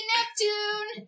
Neptune